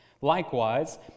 Likewise